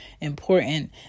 important